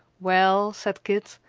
well, said kit,